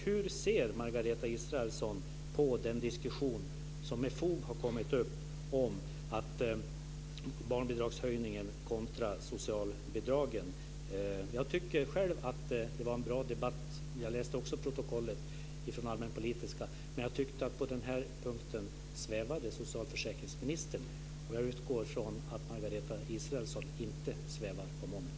Hur ser Margareta Israelsson på den diskussion som med fog har uppstått om barnbidragshöjningen kontra socialbidragen? Också jag har läst protokollet från den allmänpolitiska debatten, men jag tyckte att socialförsäkringsministern svävade på den här punkten. Jag utgår från att Margareta Israelsson inte svävar på målet.